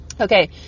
okay